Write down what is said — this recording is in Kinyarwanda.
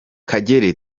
kagere